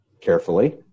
carefully